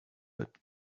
but